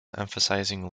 emphasizing